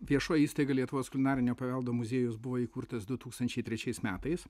viešoji įstaiga lietuvos kulinarinio paveldo muziejus buvo įkurtas du tūkstančiai trečiais metais